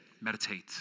Meditate